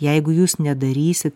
jeigu jūs nedarysit